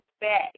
back